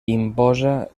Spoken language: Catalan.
imposa